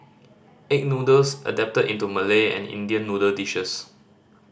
egg noodles adapted into Malay and Indian noodle dishes